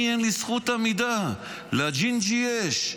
אני, אין לי זכות עמידה, לג'ינג'י יש.